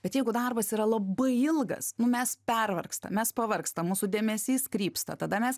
bet jeigu darbas yra labai ilgas nu mes pervargstam mes pavargstam mūsų dėmesys krypsta tada mes